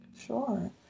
Sure